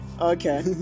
okay